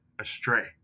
astray